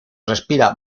respira